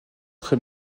très